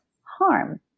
harm